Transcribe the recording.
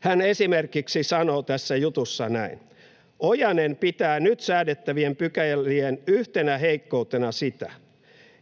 Hän esimerkiksi sanoo tässä jutussa näin: ”Ojanen pitää nyt säädettävien pykälien yhtenä heikkoutena sitä,